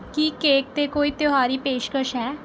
ਕੀ cake 'ਤੇ ਕੋਈ ਤਿਉਹਾਰੀ ਪੇਸ਼ਕਸ਼ ਹੈ